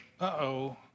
uh-oh